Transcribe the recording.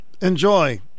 Enjoy